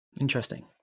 Interesting